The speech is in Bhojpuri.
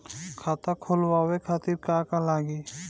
खाता खोलवाए खातिर का का लागी?